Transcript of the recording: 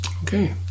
Okay